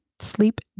Sleep